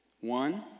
One